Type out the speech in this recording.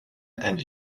and